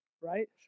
Right